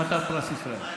חתן פרס ישראל.